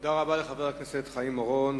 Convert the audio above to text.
תודה רבה לחבר הכנסת חיים אורון.